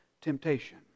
temptation